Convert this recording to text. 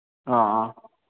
ꯑꯥ ꯑꯥ